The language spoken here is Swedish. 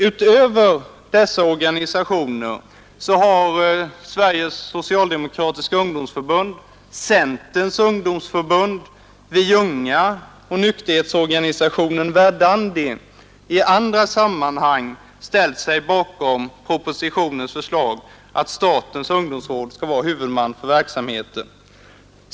Utöver dessa organisationer har Sveriges socialdemokratiska ungdomsförbund, Centerns ungdomsförbund, Vi unga och Nykterhetsorganisationen Verdandi i andra sammanhang ställt sig bakom propositionens förslag att statens ungdomsråd skall vara huvudman för verksamheten.